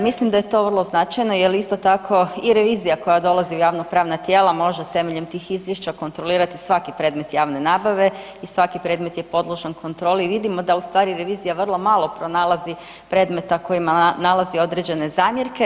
Mislim da je to vrlo značajno jer isto tako i revizija koja dolazi u javnopravna tijela može temeljem tih izvješća kontrolirati svaki predmet javne nabave i svaki predmet je podložan kontroli i vidimo da ustvari revizija vrlo malo pronalazi predmeta kojima nalazi određene zamjerke.